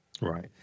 Right